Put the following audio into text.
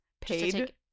paid